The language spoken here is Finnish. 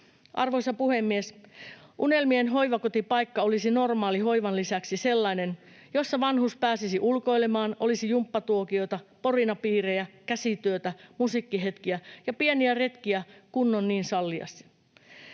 Arvoisa puhemies! Unelmien hoivakotipaikka olisi normaalin hoivan lisäksi sellainen, jossa vanhus pääsisi ulkoilemaan, olisi jumppatuokioita, porinapiirejä, käsityötä, musiikkihetkiä ja pieniä retkiä kunnon niin salliessa.